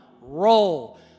roll